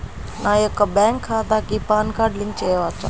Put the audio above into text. నా యొక్క బ్యాంక్ ఖాతాకి పాన్ కార్డ్ లింక్ చేయవచ్చా?